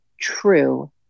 true